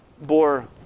bore